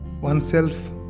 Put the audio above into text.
oneself